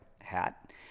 hat